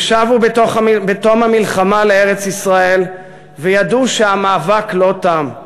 הם שבו בתום המלחמה לארץ-ישראל וידעו שהמאבק לא תם,